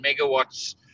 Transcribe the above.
megawatts